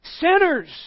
sinners